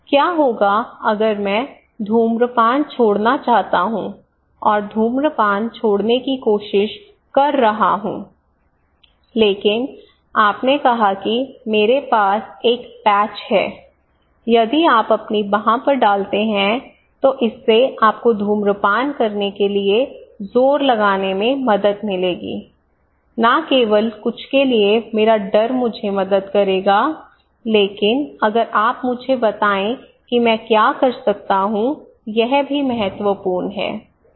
क्या होगा अगर मैं धूम्रपान छोड़ना चाहता हूं और धूम्रपान छोड़ने की कोशिश कर रहा हूं लेकिन आपने कहा कि मेरे पास एक पैच है यदि आप अपनी बांह पर डालते हैं तो इससे आपको धूम्रपान करने के लिए जोर लगाने में मदद मिलेगी न केवल कुछ के लिए मेरा डर मुझे मदद करेगा लेकिन अगर आप मुझे बताएं कि मैं क्या कर सकता हूं यह भी महत्वपूर्ण है